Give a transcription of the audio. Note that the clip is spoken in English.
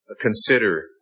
consider